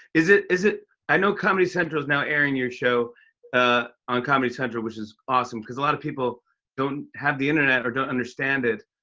is it is it i know comedy central is now airing your show ah on comedy central, which is awesome, cause a lot of people don't have the internet or don't understand it,